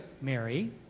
Mary